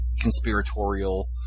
conspiratorial